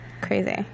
crazy